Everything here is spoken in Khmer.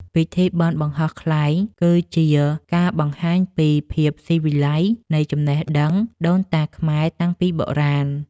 ពិធីបុណ្យបង្ហោះខ្លែងគឺជាការបង្ហាញពីភាពស៊ីវិល័យនៃចំណេះដឹងដូនតាខ្មែរតាំងពីបុរាណ។